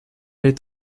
est